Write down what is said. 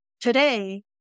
Today